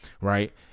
Right